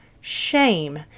shame